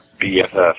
BFF